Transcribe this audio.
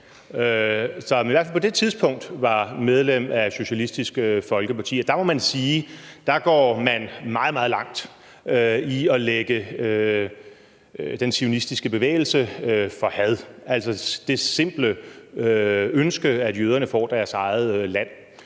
på det tidspunkt var medlem af Socialistisk Folkeparti. Og man må sige, at der går man meget, meget langt med hensyn til at lægge den zionistiske bevægelse for had, altså det simple ønske, at jøderne får deres eget land.